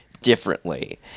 differently